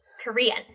Korean